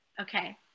Okay